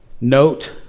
note